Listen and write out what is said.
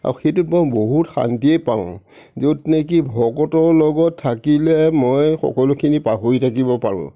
আৰু সেইটোত মই বহুত শান্তিয়ে পাওঁ য'ত নেকি ভকতৰ লগত থাকিলে মই সকলোখিনি পাহৰি থাকিব পাৰোঁ